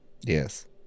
yes